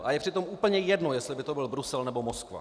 A je přitom úplně jedno, jestli by to byl Brusel, nebo Moskva.